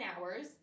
hours